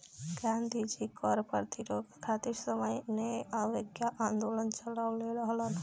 गांधी जी कर प्रतिरोध खातिर सविनय अवज्ञा आन्दोलन चालवले रहलन